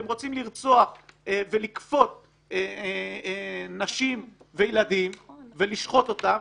הם רוצים לרצוח, ולכפות נשים וילדים ולשחוט אותם.